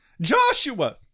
Joshua